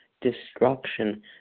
destruction